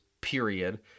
period